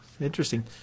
interesting